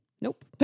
Nope